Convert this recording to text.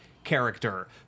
character